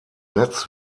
netz